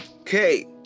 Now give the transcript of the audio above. okay